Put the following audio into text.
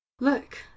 look